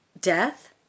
death